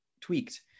tweaked